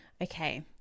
Okay